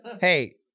Hey